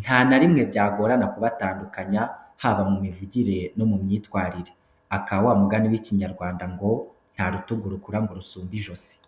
nta na rimwe byagorana kubatandukanya, haba mu mivugire no mu myitwarire; aka wa mugani w'ikinyarwanda ngo: '' Nta rutugu rukura ngo rusumbe ijosi.''